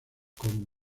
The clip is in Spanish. con